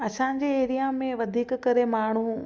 असांजे एरिया में वधीक करे माण्हू